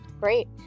Great